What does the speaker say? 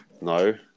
No